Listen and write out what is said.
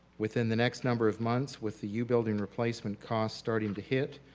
within the next number of months with the u building replacement cost starting to hit,